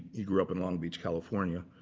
he grew up in long beach, california.